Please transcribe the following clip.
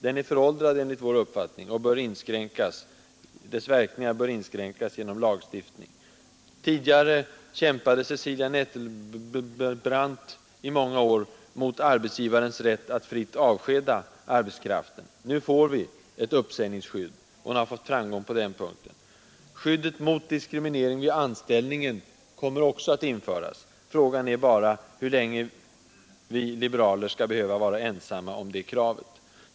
Den är föråldrad enligt vår uppfattning, och dess verkningar bör inskränkas genom lagstiftning. Tidigare kämpade Cecilia Nettelbrandt i många år mot arbetsgivarens rätt att fritt avskeda arbetskraften. Nu får vi ett uppsägningsskydd. Hon har fått framgång på den punkten. Skyddet mot diskriminering vid anställningen kommer också att införas — frågan är bara hur länge vi liberaler 187 skall behöva vara ensamma om det kravet.